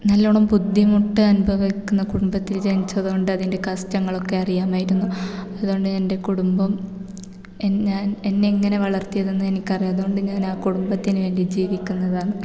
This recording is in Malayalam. നല്ലവണ്ണം ബുദ്ധിമുട്ട് അനുഭവിക്കുന്ന കുടുംബത്തിൽ ജനിച്ചത് കൊണ്ട് അതിൻ്റെ കഷ്ടങ്ങളൊക്കെ അറിയാമായിരുന്നു അതുകൊണ്ട് എൻ്റെ കുടുംബം ഞാൻ എന്നെ എങ്ങനെ വളർത്തിയതെന്ന് എനിക്കറിയാം അതുകൊണ്ട് ഞാനാ കുടുംബത്തിന് വേണ്ടി ജീവിക്കുന്നതാണ്